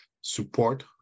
support